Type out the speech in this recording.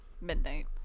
midnight